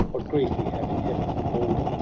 what grief we have in heaven for balder,